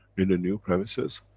in the new premises,